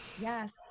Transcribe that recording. yes